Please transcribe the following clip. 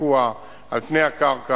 שיקוע או על פני הקרקע,